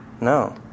No